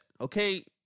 Okay